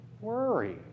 worry